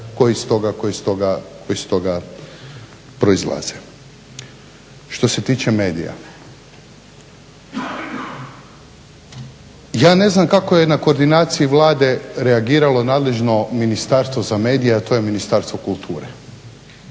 koje iz toga proizlaze. Što se tiče medija, ja ne znam kako je na koordinaciji Vlade reagiralo nadležno Ministarstvo za medije a to je Ministarstvo kulture,